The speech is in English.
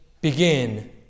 begin